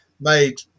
made